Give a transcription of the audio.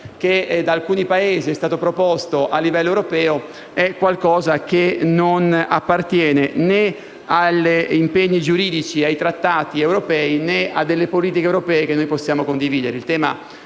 che da alcuni Paesi è stato proposto a livello europeo, non appartiene né agli impegni giuridici e ai trattati europei, né a politiche europee che noi possiamo condividere.